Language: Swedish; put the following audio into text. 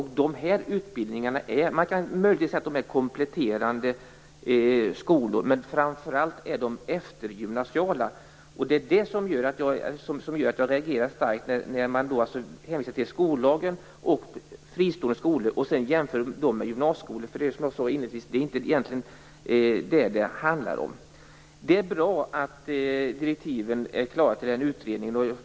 Man kan möjligtvis säga att de här utbildningarna är kompletterande skolor, men framför allt är de eftergymnasiala. Det som gör att jag reagerar starkt är att man hänvisar till skollagen och fristående skolor och sedan jämför dessa skolor med gymnasieskolor. Det handlar egentligen inte om det. Det är bra att direktiven är klara till utredningen.